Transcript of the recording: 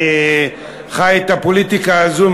אני חי את הפוליטיקה הזאת.